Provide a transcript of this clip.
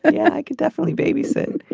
ah yeah i could definitely babysit.